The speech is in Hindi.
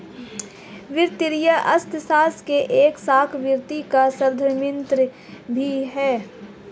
वित्तीय अर्थशास्त्र की एक शाखा वित्तीय अर्थमिति भी है